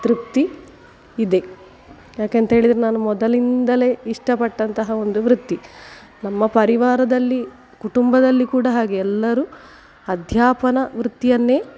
ತೃಪ್ತಿ ಇದೆ ಯಾಕೆ ಅಂತ ಹೇಳಿದ್ರ್ ನಾನು ಮೊದಲಿಂದಲೇ ಇಷ್ಟಪಟ್ಟಂತಹ ಒಂದು ವೃತ್ತಿ ನಮ್ಮ ಪರಿವಾರದಲ್ಲಿ ಕುಟುಂಬದಲ್ಲಿ ಕೂಡ ಹಾಗೆ ಎಲ್ಲರೂ ಅಧ್ಯಾಪನ ವೃತ್ತಿಯನ್ನೇ